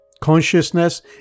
Consciousness